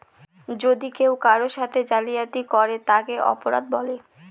যদি কেউ কারোর সাথে জালিয়াতি করে তাকে অপরাধ বলে